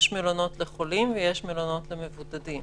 יש מלונות לחולים ויש מלונות למבודדים.